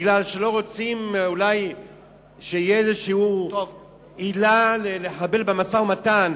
שאולי לא רוצים שתהיה איזו עילה לחבל במשא-ומתן,